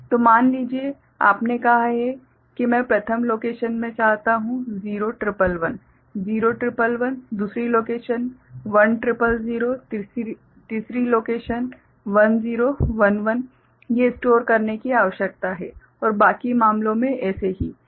तो मान लीजिए कि आपने कहा है कि मैं प्रथम लोकेशन में चाहता हूं 0111 0111 दूसरी लोकेशन 1000 तीसरी लोकेशन 1011 ये स्टोर करने की आवश्यकता है और बाकी मामलों में एसे ही है